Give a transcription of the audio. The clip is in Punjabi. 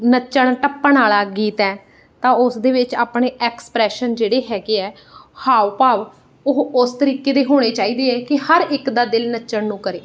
ਨੱਚਣ ਟੱਪਣ ਵਾਲਾ ਗੀਤ ਹੈ ਤਾਂ ਉਸਦੇ ਵਿੱਚ ਆਪਣੇ ਐਕਸਪਰੈਸ਼ਨ ਜਿਹੜੇ ਹੈਗੇ ਆ ਹਾਵ ਭਾਵ ਉਹ ਉਸ ਤਰੀਕੇ ਦੇ ਹੋਣੇ ਚਾਹੀਦੇ ਹੈ ਕਿ ਹਰ ਇੱਕ ਦਾ ਦਿਲ ਨੱਚਣ ਨੂੰ ਕਰੇ